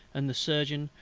and the surgeon,